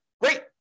Great